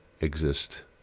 exist